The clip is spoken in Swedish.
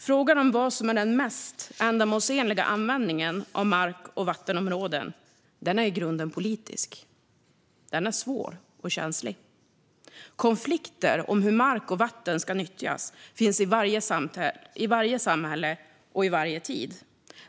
Frågan om vad som är den mest ändamålsenliga användningen av mark och vattenområden är i grunden politisk. Den är svår och känslig. Konflikter om hur mark och vatten ska nyttjas finns i varje samhälle och i varje tid.